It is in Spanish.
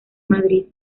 madrid